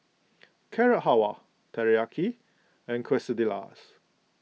Carrot Halwa Teriyaki and Quesadillas